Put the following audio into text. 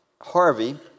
Harvey